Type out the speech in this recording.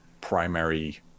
primary